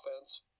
offense